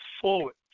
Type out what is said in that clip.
forward